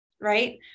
right